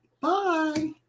bye